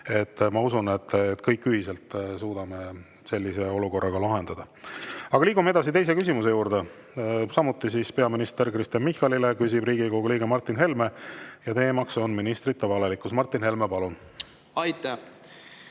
Ma usun, et kõik ühiselt suudame sellise olukorra ka lahendada. Liigume edasi teise küsimuse juurde: samuti peaminister Kristen Michalile, küsib Riigikogu liige Martin Helme ja teemaks on ministrite valelikkus. Martin Helme, palun!